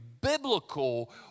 biblical